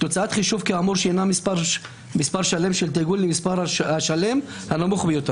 תוצאת חישוב כאמור שאינה מספר שלם תעוגל למספר השלם הנמוך הקרוב".